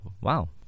wow